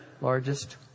largest